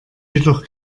jedoch